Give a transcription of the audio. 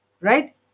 Right